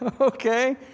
okay